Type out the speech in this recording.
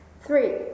Three